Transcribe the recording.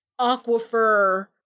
aquifer